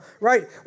right